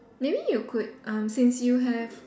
maybe you could um since you have